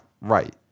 right